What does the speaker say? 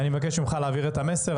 אני מבקש ממשך להעביר את המסר,